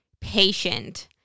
patient